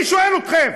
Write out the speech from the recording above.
אני שואל אתכם,